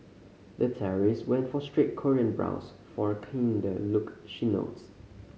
the terrorist went for straight Korean brows for a kinder look she notes